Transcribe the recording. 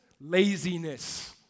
Laziness